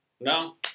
No